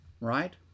right